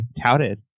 touted